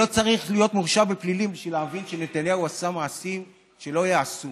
לא צריך להיות מורשע בפלילים בשביל להבין שנתניהו עשה מעשים שלא ייעשו